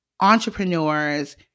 entrepreneurs